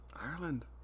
Ireland